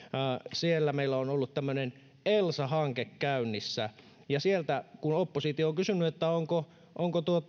siellä meillä on ollut tämmöinen elsa hanke käynnissä ja kun oppositio on kysynyt onko